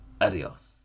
Adios